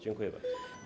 Dziękuję bardzo.